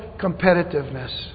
competitiveness